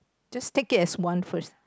just take it as one first